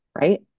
right